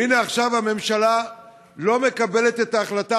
והינה עכשיו הממשלה לא מקבלת את ההחלטה